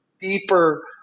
deeper